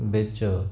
ਵਿੱਚ